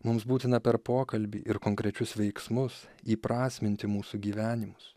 mums būtina per pokalbį ir konkrečius veiksmus įprasminti mūsų gyvenimus